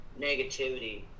negativity